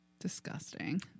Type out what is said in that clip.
disgusting